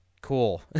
Cool